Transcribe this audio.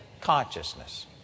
consciousness